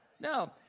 no